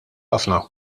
ħafna